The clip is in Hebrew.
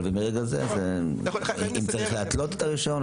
האם צריך להתלות את הרישיון,